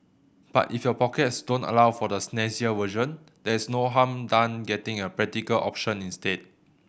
but if your pockets don't allow for the snazzier version there is no harm done getting a practical option instead